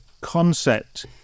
concept